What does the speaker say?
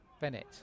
Bennett